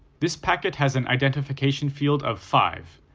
this packet has an identification field of five.